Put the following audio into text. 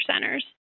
centers